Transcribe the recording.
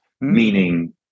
meaning